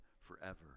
forever